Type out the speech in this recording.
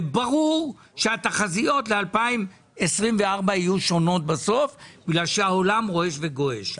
זה ברור שהתחזיות ל-2024 יהיו שונות בסוף בגלל שהעולם רועש וגועש.